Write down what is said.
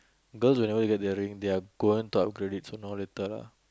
girls whenever they get their ring they are gonna upgrade it sooner or later lah